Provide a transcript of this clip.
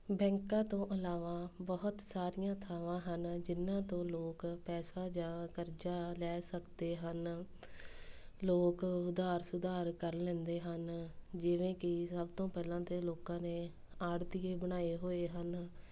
ਬੈਂਕਾਂ ਤੋਂ ਇਲਾਵਾ ਬਹੁਤ ਸਾਰੀਆਂ ਥਾਵਾਂ ਹਨ ਜਿਨ੍ਹਾਂ ਤੋਂ ਲੋਕ ਪੈਸਾ ਜਾਂ ਕਰਜ਼ਾ ਲੈ ਸਕਦੇ ਹਨ ਲੋਕ ਉਧਾਰ ਸੁਧਾਰ ਕਰ ਲੈਂਦੇ ਹਨ ਜਿਵੇਂ ਕਿ ਸਭ ਤੋਂ ਪਹਿਲਾਂ ਤਾਂ ਲੋਕਾਂ ਨੇ ਆੜਤੀਏ ਬਣਾਏ ਹੋਏ ਹਨ